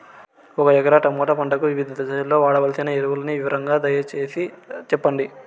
ఒక ఎకరా టమోటా పంటకు వివిధ దశల్లో వాడవలసిన ఎరువులని వివరంగా దయ సేసి చెప్పండి?